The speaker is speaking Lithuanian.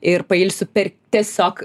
ir pailsiu per tiesiog